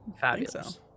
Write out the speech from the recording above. fabulous